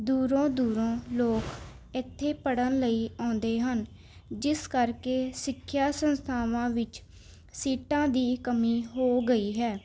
ਦੂਰੋਂ ਦੂਰੋਂ ਲੋਕ ਇੱਥੇ ਪੜ੍ਹਨ ਲਈ ਆਉਂਦੇ ਹਨ ਜਿਸ ਕਰਕੇ ਸਿੱਖਿਆ ਸੰਸਥਾਵਾਂ ਵਿੱਚ ਸੀਟਾਂ ਦੀ ਕਮੀ ਹੋ ਗਈ ਹੈ